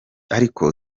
ariko